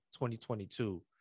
2022